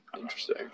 Interesting